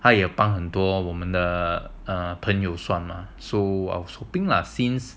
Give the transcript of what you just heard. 还有帮很多我们的朋友算 mah so I was hoping since